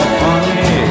funny